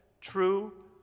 true